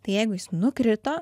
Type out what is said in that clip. tai jeigu jis nukrito